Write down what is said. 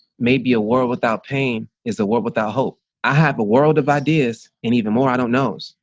maybe a world without pain is the word without hope. i have a world of ideas and even more i don't know.